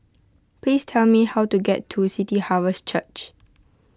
please tell me how to get to City Harvest Church